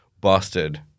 busted